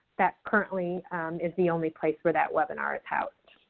that currently is the only place where that webinar is housed.